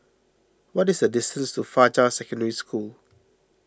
what is the distance to Fajar Secondary School